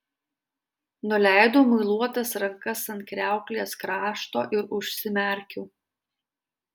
nuleidau muiluotas rankas ant kriauklės krašto ir užsimerkiau